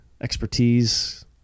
expertise